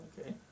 okay